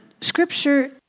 Scripture